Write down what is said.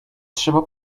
trzeba